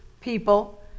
people